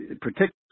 particularly